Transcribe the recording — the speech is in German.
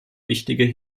wichtige